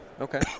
Okay